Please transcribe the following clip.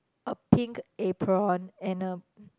a pink apron and a